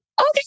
okay